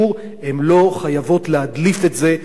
הן לא חייבות להדליף את זה לעיתונאים,